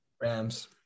Rams